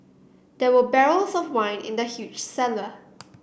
there were barrels of wine in the huge cellar